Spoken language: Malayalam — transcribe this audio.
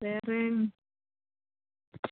വേറെ